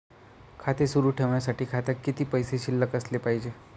खाते सुरु ठेवण्यासाठी खात्यात किती पैसे शिल्लक असले पाहिजे?